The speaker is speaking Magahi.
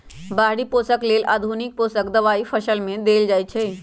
बाहरि पोषक लेल आधुनिक पोषक दबाई फसल में देल जाइछइ